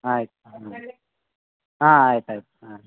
ಆಯ್ತು ಹಾಂ ಹಾಂ ಆಯ್ತು ಆಯ್ತು ಹಾಂ